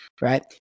right